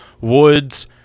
Woods